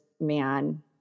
man